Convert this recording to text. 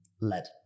lead